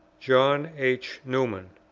john. h. newman,